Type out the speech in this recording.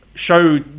Show